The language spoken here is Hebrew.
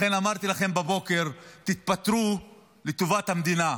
לכן אמרתי לכם בבוקר: תתפטרו לטובת המדינה,